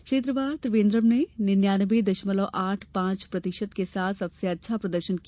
क्षेत्रवार त्रिवेंद्रम ने निन्यानवें दशमलव आठ पांच प्रतिशत के साथ सबसे अच्छा प्रदर्शन किया